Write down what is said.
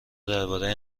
درباره